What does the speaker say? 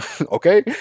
Okay